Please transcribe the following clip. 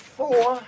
four